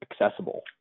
accessible